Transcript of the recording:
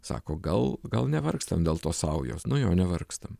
sako gal gal nevargstam dėl to saujos nu jo nevargstam